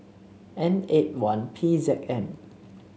N eight one P Z M